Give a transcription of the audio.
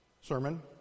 sermon